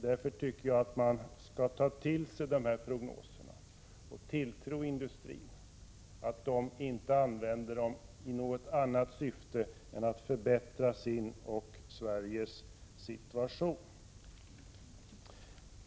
Därför bör dessa prognoser beaktas, med en tilltro till att industrin inte använder dem i något annat syfte än att förbättra sin och Sveriges situation.